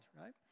Right